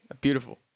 Beautiful